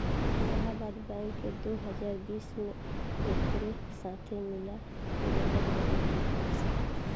Allahabad bank के दो हजार बीस में एकरे साथे मिला देवल गईलस